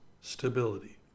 stability